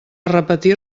repetir